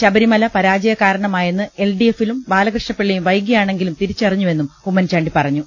ശബരിമല പരാജയ കാരണമായെന്ന് എൽഡിഎഫും ബാല കൃഷ്ണപിള്ളയും വൈകിയാണെങ്കിലും തിരിച്ചറിഞ്ഞുവെന്നും ഉമ്മൻചാണ്ടി പറഞ്ഞു